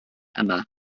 yma